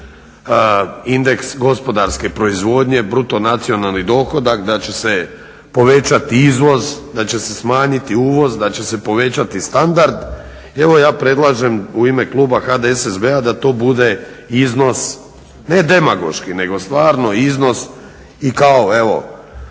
porasti indeks gospodarske proizvodnje, bruto nacionalni dohodak, da će se povećati izvoz, da će se smanjiti uvoz, da će se povećati standard, evo ja predlažem u ime kluba HDSSB-a da to bude iznos ne demagoški nego stvarno iznos i kao evo